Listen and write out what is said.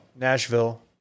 Nashville